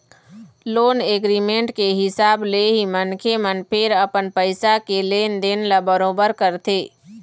loan agreement के हिसाब ले ही मनखे मन फेर अपन पइसा के लेन देन ल बरोबर करथे